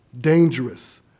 dangerous